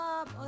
up